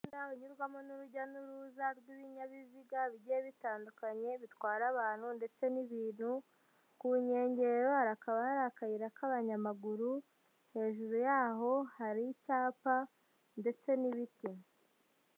Umuhanda unyurwamo n'urujya n'uruza rw'ibinyabiziga bigiye bitandukanye bitwara abantu ndetse n'ibintu, ku nkengero hakaba hari akayira k'abanyamaguru, hejuru yaho hari icyapa ndetse n'ibiti.